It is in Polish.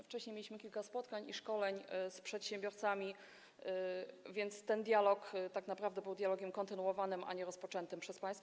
Wcześniej mieliśmy kilka spotkań i szkoleń z przedsiębiorcami, więc ten dialog tak naprawdę był dialogiem kontynuowanym, a nie dialogiem rozpoczętym przez państwa.